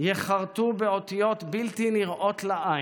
ייחרתו באותיות בלתי נראות לעין,